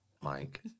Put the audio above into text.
Mike